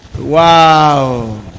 Wow